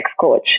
coach